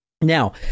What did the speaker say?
Now